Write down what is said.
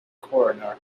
coroner